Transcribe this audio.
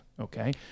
Okay